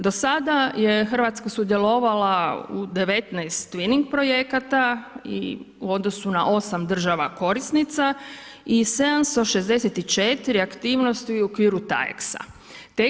Do sada je Hrvatska sudjelovala u 19 Twinning projekta i u odnosu na 8 država korisnicima i 764 aktivnosti u okviru ta-exa.